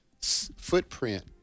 footprint